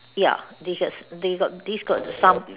ya this us they got this got some